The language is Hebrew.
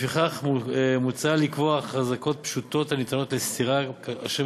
לפיכך מוצע לקבוע חזקות פשוטות הניתנות לסתירה אשר